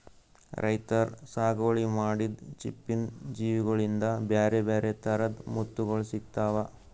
ರೈತರ್ ಸಾಗುವಳಿ ಮಾಡಿದ್ದ್ ಚಿಪ್ಪಿನ್ ಜೀವಿಗೋಳಿಂದ ಬ್ಯಾರೆ ಬ್ಯಾರೆ ಥರದ್ ಮುತ್ತುಗೋಳ್ ಸಿಕ್ತಾವ